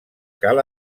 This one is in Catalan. cal